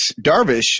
Darvish